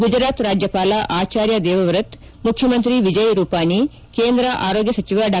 ಗುಜರಾತ್ ರಾಜ್ವಪಾಲ ಆಚಾರ್ಯ ದೇವವ್ರತ್ ಮುಖ್ಯಮಂತ್ರಿ ವಿಜಯ್ ರೂಪಾನಿ ಕೇಂದ್ರ ಆರೋಗ್ತ ಸಚಿವ ಡಾ